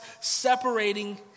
separating